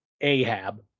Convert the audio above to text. Ahab